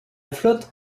flotte